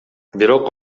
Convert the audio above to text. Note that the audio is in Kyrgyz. бирок